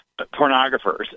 pornographers